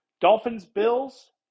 Dolphins-Bills